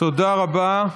תודה רבה.